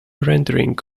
rendering